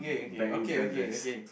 bang bang dress